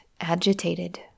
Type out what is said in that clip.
agitated